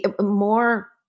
more